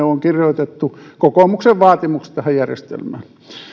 on kirjoitettu kokoomuksen vaatimuksesta tähän järjestelmään